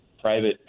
private